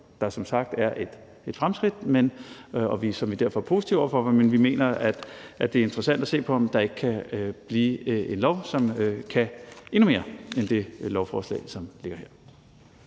der som sagt er et fremskridt, og som vi derfor er positiv over for, men hvor vi mener, at det er interessant at se på, om det ikke kan blive en lov, som kan endnu mere end det lovforslag, som ligger her.